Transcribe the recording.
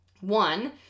One